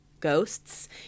Ghosts